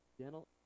dental